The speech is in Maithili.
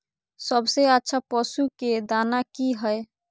सबसे अच्छा पशु के दाना की हय?